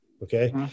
Okay